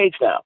now